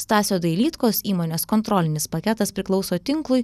stasio dailydkos įmonės kontrolinis paketas priklauso tinklui